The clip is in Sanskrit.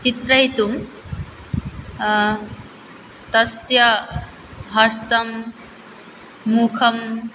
चित्रयितुं तस्य हस्तं मुखं